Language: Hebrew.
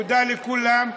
תודה לכולם,